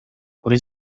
what